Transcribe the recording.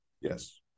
Yes